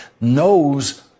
knows